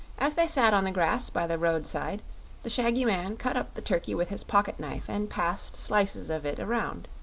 as they sat on the grass by the roadside the shaggy man cut up the turkey with his pocket-knife and passed slices of it around.